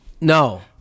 No